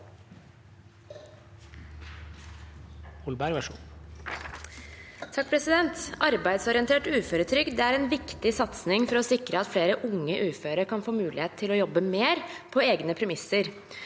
(H) Arbeidsorientert uføretrygd er en viktig satsing for å sikre at flere unge uføre kan få mulighet til å jobbe mer på egne premisser.